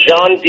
John